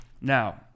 Now